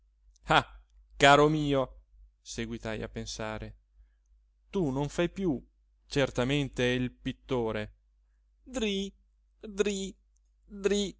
caro mio seguitai a pensare tu non fai piú certamente il pittore dri dri dri